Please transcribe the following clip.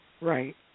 Right